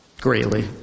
greatly